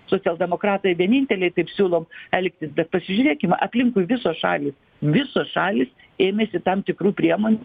socialdemokratai vieninteliai taip siūlom elgtis bet pasižiūrėkim aplinkui visos šalys visos šalys ėmėsi tam tikrų priemonių